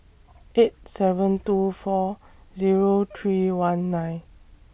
eight seven two four Zero three one nine